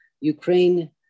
Ukraine